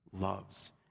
loves